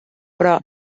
però